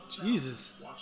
Jesus